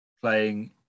playing